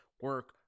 Work